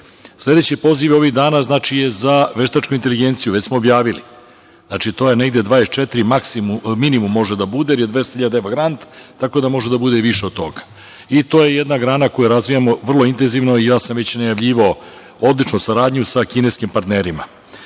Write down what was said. Sledeći poziv ovih dana je za veštačku inteligenciju. Već smo objavili. Minimum može da bude 24, jer je 200.000 grant, tako da može da bude više od toga i to je jedna grana koju razvijamo vrlo intenzivno. Već sam najavljivao odličnu saradnju sa kineskim parternima. Kada